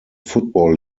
football